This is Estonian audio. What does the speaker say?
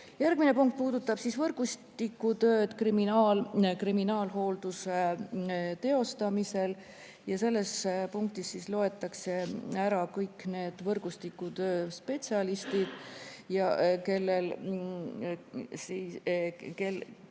Järgmine punkt puudutab võrgustikutööd kriminaalhoolduse teostamisel. Selles punktis loetakse ära kõik need võrgustikutöö spetsialistid, kes sellesse